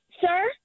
Sir